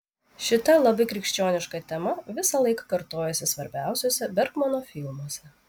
šita labai krikščioniška tema visąlaik kartojasi svarbiausiuose bergmano filmuose